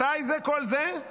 מתי כל זה?